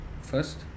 first